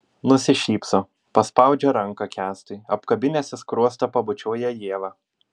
nusišypso paspaudžia ranką kęstui apkabinęs į skruostą pabučiuoja ievą